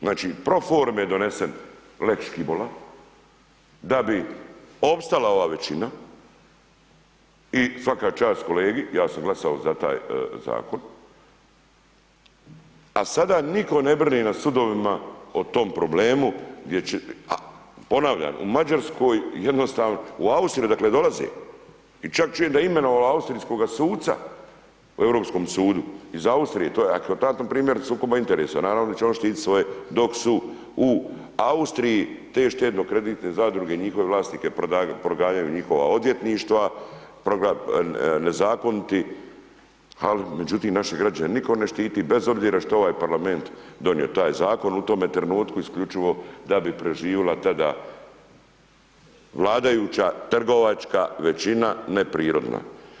Znači, pro forme je donesen lex Škibola, da bi opstala ova većina i svaka čast kolegi, ja sam glasao za taj zakon, a sada nitko ne brani na sudovima o tom problemu, a ponavljam, u Mađarskoj jednostavno, u Austriji dakle, dolazi i čak čujem da je imenovao austrijskoga suca u Europskom sudu, iz Austrije, to je eklatantan primjer sukoba interesa, naravno da će on štititi svoje, dok su u Austriji te štedno kreditne zadruge njihove vlasnike proganjaju njihova odvjetništva, nezakoniti, ali međutim naše građane nitko ne štiti bez obzira što ovaj parlament donio taj zakon u tome trenutku isključivo da bi preživjela tada vladajuća trgovačka većina neprirodna.